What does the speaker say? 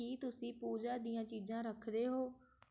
ਕੀ ਤੁਸੀਂ ਪੂਜਾ ਦੀਆਂ ਚੀਜ਼ਾਂ ਰੱਖਦੇ ਹੋ